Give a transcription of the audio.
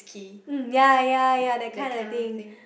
mm ya ya ya that kind of thing